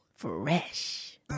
Fresh